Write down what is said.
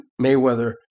Mayweather